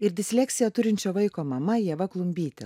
ir disleksiją turinčio vaiko mama ieva klumbyte